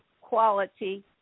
quality